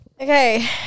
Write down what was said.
Okay